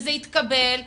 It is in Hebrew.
שזה התקבל.